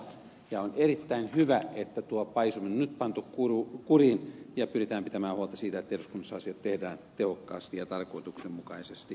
on erittäin hyvä että tuo paisuminen on nyt pantu kuriin ja pyritään pitämään huolta siitä että eduskunnassa asiat tehdään tehokkaasti ja tarkoituksenmukaisesti